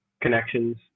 connections